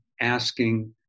asking